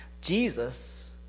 Jesus